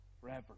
forever